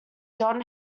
john